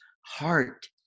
heart